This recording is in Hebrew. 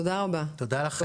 תודה רבה יעקב.